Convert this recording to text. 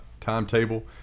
Timetable